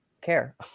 care